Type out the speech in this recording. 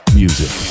music